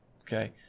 Okay